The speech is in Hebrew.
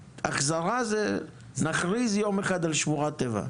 "החזרה" זה "נכריז יום אחד על שמורת טבע".